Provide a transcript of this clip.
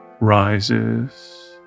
rises